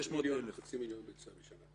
500,000. חצי מיליון ביצים בשנה.